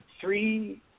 Three –